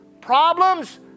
problems